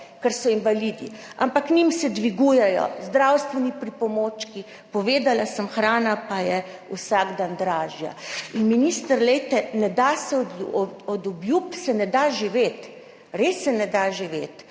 ker so invalidi. Ampak njim se dvigujejo zdravstveni pripomočki, povedala sem, hrana je vsak dan dražja. Minister, od obljub se ne da živeti, res se ne da živeti.